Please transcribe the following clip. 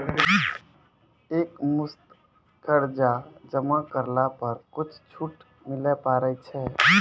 एक मुस्त कर्जा जमा करला पर कुछ छुट मिले पारे छै?